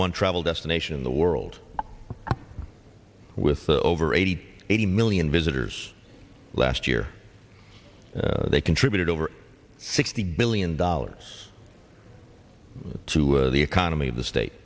one travel destination in the world with over eighty eighty million visitors last year they contributed over sixty billion dollars to the economy the state